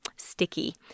Sticky